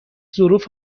ظروف